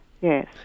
yes